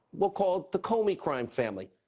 we'll call it the comey crime family.